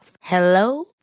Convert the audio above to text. Hello